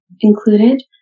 included